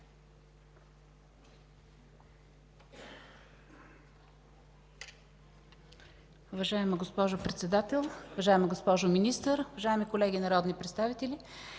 Уважаеми господин Председател, уважаеми господа министри, уважаеми господа народни представители!